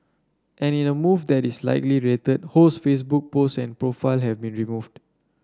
and in a move that is likely related Ho's Facebook post and profile have been removed